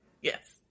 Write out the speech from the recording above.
Yes